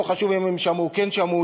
לא חשוב אם הם שמעו או לא שמעו,